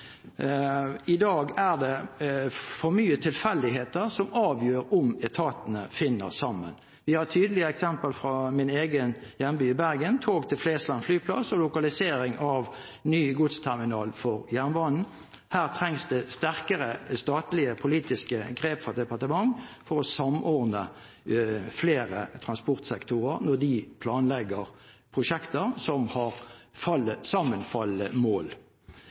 I dag er det for mye tilfeldigheter som avgjør om etatene finner sammen. Vi har tydelige eksempler fra min egen hjemby, Bergen, når det gjelder tog til Flesland flyplass og lokalisering av ny godsterminal for jernbanen. Her trengs det sterkere, statlige, politiske grep fra departementshold for å samordne flere transportsektorer når de planlegger prosjekter som har sammenfallende mål.